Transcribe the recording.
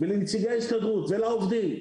לנציגי ההסתדרות ולעובדים,